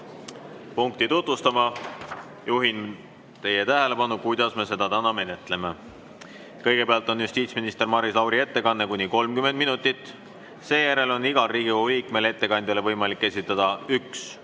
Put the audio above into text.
punkti tutvustama, juhin teie tähelepanu, kuidas me seda menetleme. Kõigepealt on justiitsminister Maris Lauri ettekanne, kuni 30 minutit, seejärel on igal Riigikogu liikmel võimalik ettekandjale esitada üks